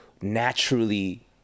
naturally